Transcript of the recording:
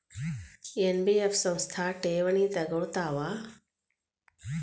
NBF ಸಂಸ್ಥಾ ಠೇವಣಿ ತಗೋಳ್ತಾವಾ?